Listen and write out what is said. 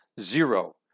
zero